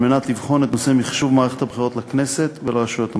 על מנת לבחון את נושא מחשוב מערכת הבחירות לכנסת ולרשויות המקומיות.